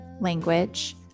language